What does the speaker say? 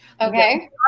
Okay